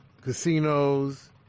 casinos